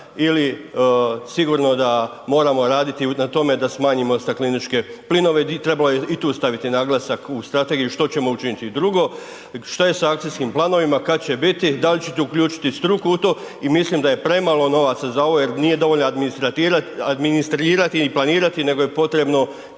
ili sigurno da moramo raditi na tome da smanjimo stakleničke plinove, trebalo je i tu staviti naglasak u Strategiju što ćemo učiniti. I drugo, što je sa Akcijskim planovima, kad će biti, dal' ćete uključiti i struku u to, i mislim da je premalo novaca za ovo jer nije dovoljan administratirat, administrirati, ni planirati nego je potrebno